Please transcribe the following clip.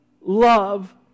love